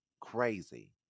Crazy